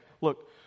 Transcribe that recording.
Look